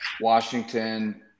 Washington